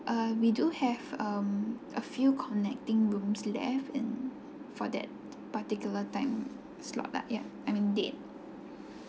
uh we do have um a few connecting rooms left in for that particular time slot lah yeah I mean date